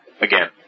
again